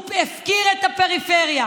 הוא הפקיר את הפריפריה.